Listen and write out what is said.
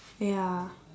ya